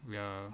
ya